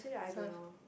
so